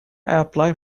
apply